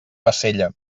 bassella